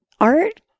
art